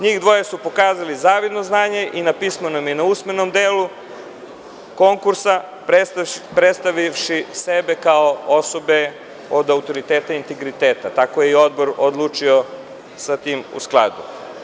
Njih dvoje su pokazali zavidno znanje i na pismenom i na usmenom delu konkursa, predstavivši sebe kao osobe od autoriteta i integriteta, pa je tako i Odbor odlučio sa tim u skladu.